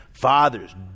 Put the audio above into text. Fathers